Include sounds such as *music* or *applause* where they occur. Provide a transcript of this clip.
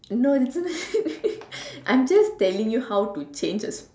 no isn't it *laughs* I'm just tell you how to change a